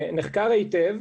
נחקר היטב.